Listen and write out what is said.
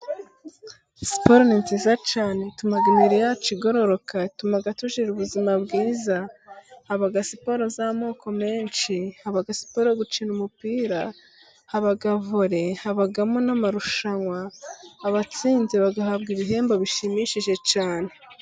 Siporo ni nziza cyane ituma imibire yacu igororoka, ituma tugira ubuzima bwiza, haba siporo z'amoko menshi, haba siporo yo gukina umupira ,haba vole habamo n'amarushanwa abatsinze bagahabwa ibihembo bishimishije cyane.